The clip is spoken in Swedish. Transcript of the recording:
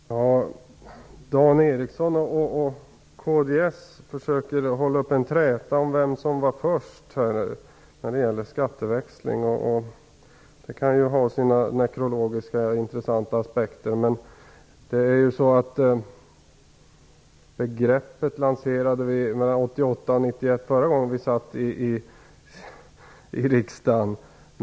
Fru talman! Dan Ericsson och kds försöker skapa träta om vem som var först när det gäller skatteväxling. Det kan ju ha sina historiskt intressanta aspekter; vi lanserade begreppet när vi satt i riksdagen förra gången, mellan 1988 och 1991.